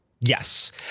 Yes